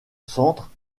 centre